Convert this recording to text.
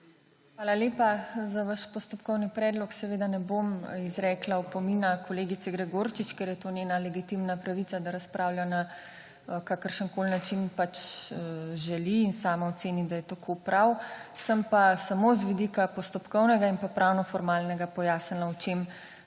Hvala lepa. Za vaš postopkovni predlog seveda ne bom izrekla opomina, kolegici Gregorčič, ker je to njena legitimna pravica, da razpravlja na kakršenkoli način pač želi in sama oceni, da je tako prav. Sem pa samo z vidika postopkovnega in pa pravno-formalnega pojasnila o čem